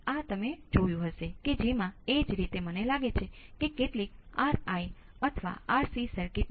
તો આમાં મારો મતલબ એ છે કે હું એક ઉદાહરણ એક સરળ ઉદાહરણ આપું